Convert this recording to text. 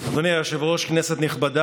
כמה ימים